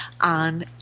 on